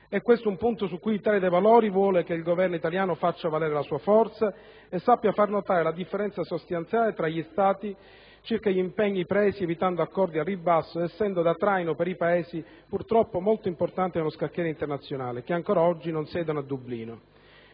È questo un punto su cui l'Italia dei Valori vuole che il Governo italiano faccia valere la sua forza e sappia far notare la differenza sostanziale tra gli Stati circa gli impegni presi, evitando accordi al ribasso ed essendo da traino per i Paesi, purtroppo molto importanti nello scacchiere internazionale, che ancora oggi non siedono a Dublino.